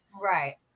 Right